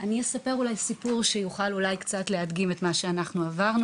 אני אספר סיפור שיוכל אולי להדגים קצת את מה שעברנו.